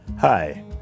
Hi